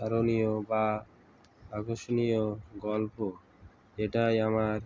স্মরণীয় বা আকর্ষণীয় গল্প এটাই আমার